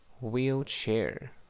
Wheelchair